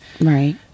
Right